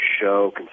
show